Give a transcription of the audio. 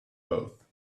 both